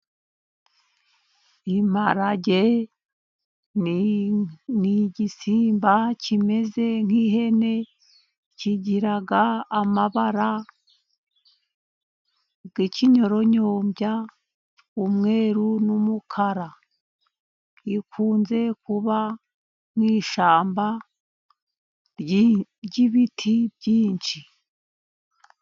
Imparage ni igisimba kimeze nk' ihene, kigira amabara y'ikinyoronyombya, umweru, n'umukara. Ikunze kuba mu ishyamba ry'ibiti byinshi.